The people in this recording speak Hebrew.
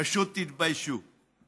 פשוט תתביישו.